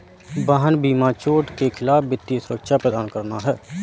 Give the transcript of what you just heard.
वाहन बीमा चोट के खिलाफ वित्तीय सुरक्षा प्रदान करना है